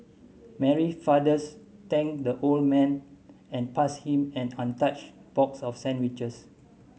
Mary fathers thanked the old man and passed him an untouched box of sandwiches